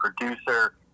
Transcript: producer